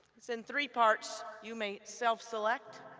it's in three parts. you may self select.